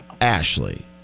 Ashley